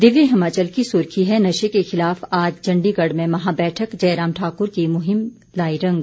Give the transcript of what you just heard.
दिव्य हिमाचल की सुर्खी है नशे के खिलाफ आज चंडीगढ़ में महाबैठक जयराम ठाकुर की मुहिम लाई रंग